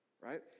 right